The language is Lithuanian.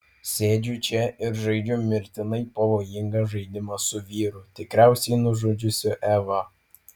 sėdžiu čia ir žaidžiu mirtinai pavojingą žaidimą su vyru tikriausiai nužudžiusiu evą